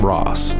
Ross